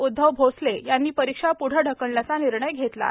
उद्धव भोसले यांनी परीक्षा प्ढे ढकलण्याचा निर्णय घेतला आहे